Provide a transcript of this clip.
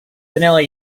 vanilla